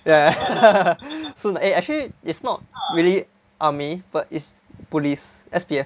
ya soon eh actually it's not really army but it's police S_P_F